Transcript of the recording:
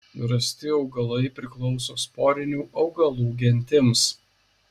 rasti augalai priklauso sporinių augalų gentims